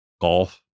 golf